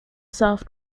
south